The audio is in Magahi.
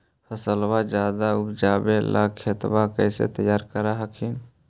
फसलबा ज्यादा उपजाबे ला खेतबा कैसे तैयार कर हखिन?